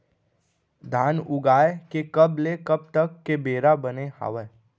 धान उगाए के कब ले कब तक के बेरा बने हावय?